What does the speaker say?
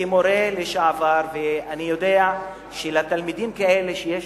כמורה לשעבר אני יודע שלתלמידים כאלה שיש